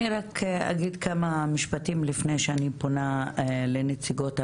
אני אגיד רק כמה משפטים לפני שאני פונה לנציגות המשרד.